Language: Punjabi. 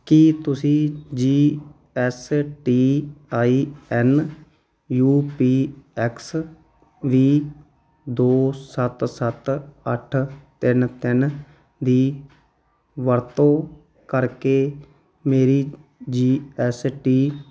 ਕੀ ਤੁਸੀਂ G S T I N U P X V ਦੋ ਸੱਤ ਸੱਤ ਅੱਠ ਤਿੰਨ ਤਿੰਨ ਦੀ ਵਰਤੋਂ ਕਰਕੇ ਮੇਰੀ ਜੀ ਐੱਸ ਟੀ